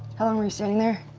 how long were you standing there?